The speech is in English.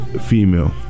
Female